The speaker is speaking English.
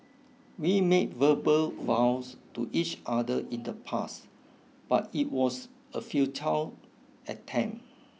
we made verbal vows to each other in the past but it was a futile attempt